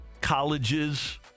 colleges